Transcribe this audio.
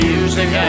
Music